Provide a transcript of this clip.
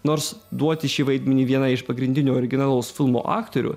nors duoti šį vaidmenį vienai iš pagrindinių originalaus filmo aktorių